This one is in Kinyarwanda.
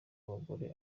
abagore